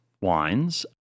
wines